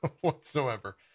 whatsoever